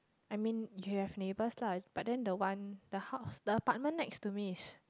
I mean you have neighbours lah but then the one the house the apartment next to me is